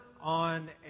on